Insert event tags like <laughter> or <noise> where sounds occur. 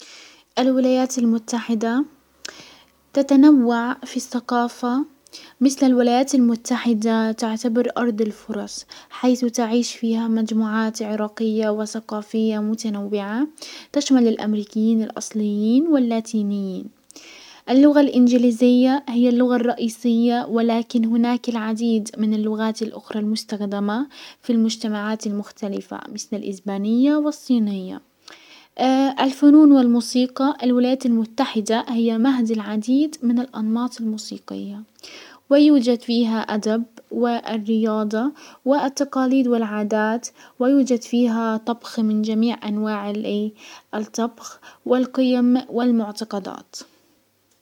الولايات المتحدة تتنوع في الثقافة مسل الولايات المتحدة تعتبر ارض الفرص، حيث تعيش فيها مجموعات عراقية وسقافية متنوعة، تشمل الامريكيين الاصليين واللاتينيين اللغة الانجليزية، هي اللغة الرئيسية، ولكن هناك العديد من اللغات الاخرى المستخدمة في المجتمعات المختلفة مسل الازبانية والصينية. <hesitation> الفنون والموسيقى الولايات المتحدة هي مهد العديد من الانماط الموسيقى، ويوجد فيها ادب والرياضة والتقاليد والعادات ويوجد فيها طبخ من جميع انواع الطبخ والقيم والمعتقدات.